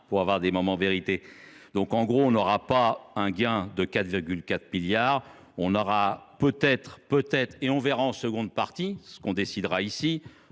pour avoir des moments vérités. Donc en gros, on n'aura pas un gain de 4,4 milliards, on aura peut-être, peut-être, et on verra en seconde partie ce qu'on décidera ici,